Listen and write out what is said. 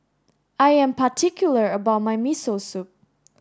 I am particular about my Miso Soup